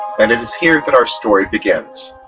and it is here that our story begins.